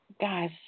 guys